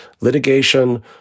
Litigation